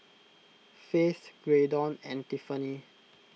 Faith Graydon and Tiffanie